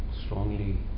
strongly